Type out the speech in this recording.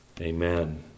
Amen